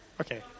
Okay